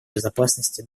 безопасности